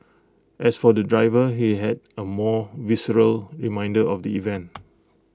as for the driver he had A more visceral reminder of the event